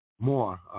more